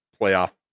playoff